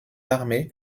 armées